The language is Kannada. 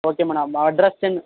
okay madam ಅಡ್ರೆಸ್ಸಿನ